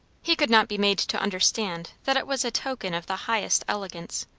he could not be made to understand that it was a token of the highest elegance.